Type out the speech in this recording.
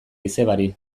izebari